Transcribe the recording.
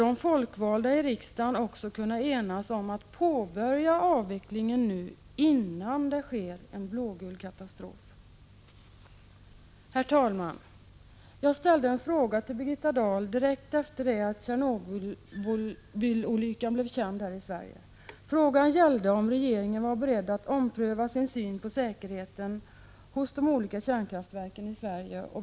De folkvalda i riksdagen borde därför kunna enas om att påbörja en avveckling nu, innan en blågul katastrof sker. Herr talman! Jag ställde en fråga till Birgitta Dahl direkt efter det att Tjernobylolyckan blev känd här i Sverige. Frågan gällde om regeringen var beredd att ompröva sin syn på säkerheten vid de olika kärnkraftverken i Sverige.